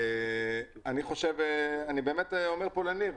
אני באמת אומר פה ניר,